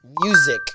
music